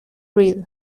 reed